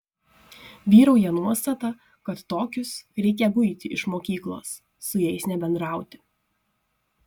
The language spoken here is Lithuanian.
vyrauja nuostata kad tokius reikia guiti iš mokyklos su jais nebendrauti